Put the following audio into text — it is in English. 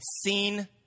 seen